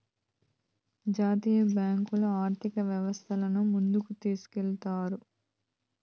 జాతీయ బ్యాంకులు ఆర్థిక వ్యవస్థను ముందుకు తీసుకెళ్తాయి